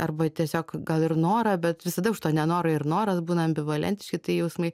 arba tiesiog gal ir norą bet visada už to nenoro ir noras būna ambivalentiški jausmai